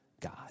God